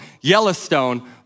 Yellowstone